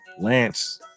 Lance